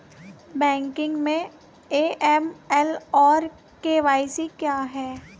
Banking में AML और KYC क्या हैं?